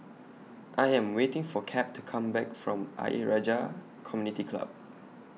I Am waiting For Cap to Come Back from Ayer Rajah Community Club